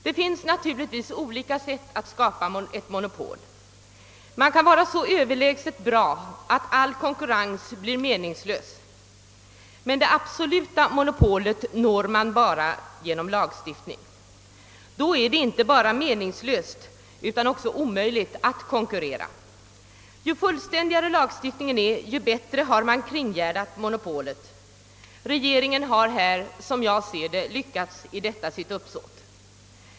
Det finns naturligtvis olika sätt att skapa ett monopol. Man kan vara så överlägset bra, att all konkurrens blir meningslös. Men det absoluta monopolet når man bara genom lagstiftning. Då är det inte bara meningslöst utan också omöjligt att konkurrera. Ju fullständigare lagstiftningen är, desto bättre har man kringgärdat monopolet. Regeringen har här som jag ser det lyckats i detta sitt uppsåt.